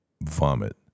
vomit